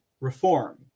reform